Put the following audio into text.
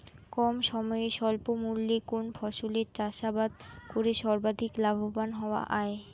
কম সময়ে স্বল্প মূল্যে কোন ফসলের চাষাবাদ করে সর্বাধিক লাভবান হওয়া য়ায়?